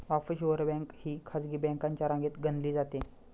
offshore bank ही खासगी बँकांच्या रांगेत गणली जाते